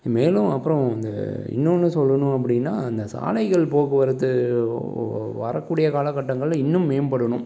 மேலும் அப்புறம் இந்த இன்னொன்றும் சொல்லணும் அப்படின்னா அந்த சாலைகள் போக்குவரத்து வரக்கூடிய காலக்கட்டங்களில் இன்னும் மேம்படணும்